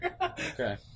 Okay